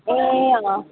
ए